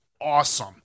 awesome